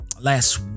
last